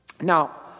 now